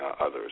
others